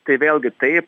tai vėlgi taip